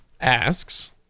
asks